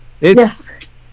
Yes